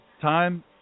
time